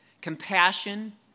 compassion